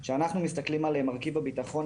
כשאנחנו מסתכלים על מרכיב הביטחון,